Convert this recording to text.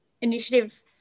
initiative